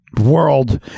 world